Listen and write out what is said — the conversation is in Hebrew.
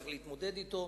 צריך להתמודד אתו,